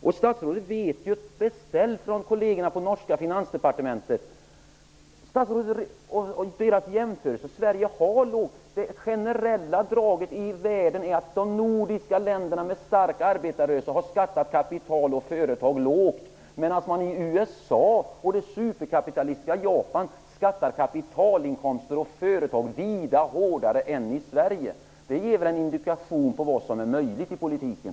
Beställ den jämförelse som kollegerna på norska finansdepartementet har gjort! Det generella draget i världen är att de nordiska länderna, som har stark arbetarrörelse, har skattat kapital och företag lågt, medan man i USA och i det superkapitalistiska Japan skattar kapitalinkomster och företag vida hårdare än i Sverige. Det ger väl en indikation på vad som är möjligt i politiken.